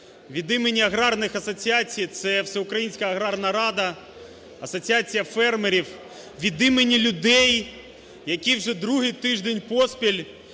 від імені аграрних асоціацій це: Всеукраїнська аграрна рада, Асоціація фермерів, від імені людей, які вже другий тиждень поспіль,